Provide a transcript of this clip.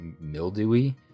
mildewy